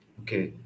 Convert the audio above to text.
okay